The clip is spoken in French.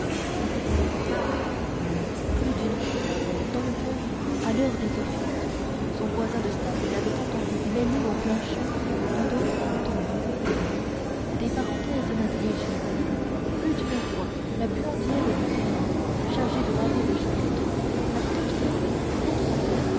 et éclatant plus d'une fois dans le choeur à l'heure des offices son voisin de stalle l'avait entendu mêler au plain chant ad omnem tonum des parenthèses inintelligibles plus d'une fois la buandière du terrain chargée de laver le chapitre avait observé non sans